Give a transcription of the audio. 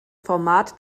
format